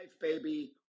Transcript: baby